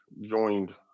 joined